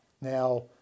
Now